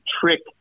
trick